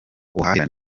ubuhahirane